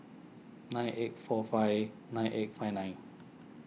nine eight four five nine eight five nine